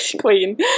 Queen